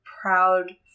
proud